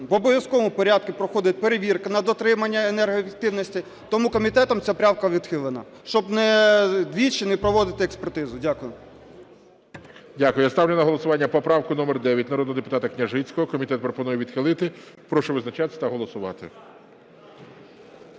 в обов'язковому порядку проходить перевірка на дотримання енергоефективності, тому комітетом ця правка відхилена, щоб двічі не проводити експертизу. Дякую. ГОЛОВУЮЧИЙ. Дякую. Я ставлю на голосування поправку номер 9 народного депутата Княжицького. Комітет пропонує відхилити. Прошу визначатися та голосувати.